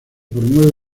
promueve